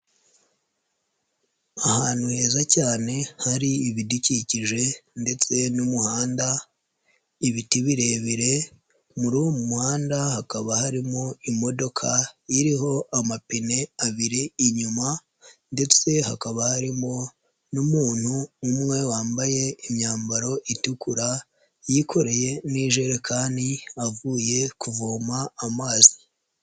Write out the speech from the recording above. Ahantu heza cyane hari ibidukikije ndetse n'umuhanda, ibiti birebire, muri uwo muhanda hakaba harimo imodoka iriho amapine abiri inyuma ndetse hakaba harimo n'umuntu umwe wambaye imyambaro itukura yikoreye n'ijerekani avuye kuvoma amazi.